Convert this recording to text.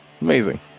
amazing